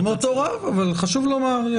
לא מאותו רב, אבל חשוב לומר.